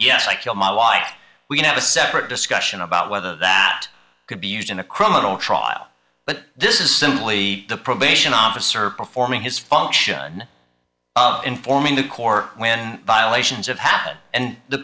yes like your mom why we have a separate discussion about whether that could be used in a criminal trial but this is simply the probation officer performing his function informing the corps when violations of happened and the